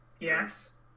Yes